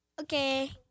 Okay